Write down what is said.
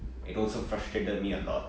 it also frustrated me a lot